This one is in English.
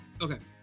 Okay